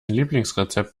lieblingsrezept